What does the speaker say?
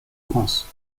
france